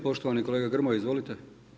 Poštovani kolega Grmoja izvolite.